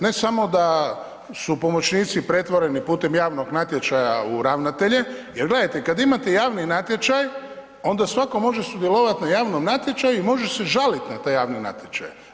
Ne samo da su pomoćnici pretvoreni putem javnog natječaja u ravnatelja, jer gledajte, kada imate javni natječaj, onda svatko može sudjelovati na javnom natječaju i može se žaliti na taj javni natječaj.